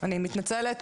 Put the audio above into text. אני מתנצלת,